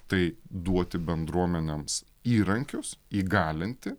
tai duoti bendruomenėms įrankius įgalinti